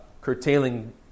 curtailing